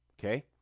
Okay